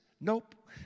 Nope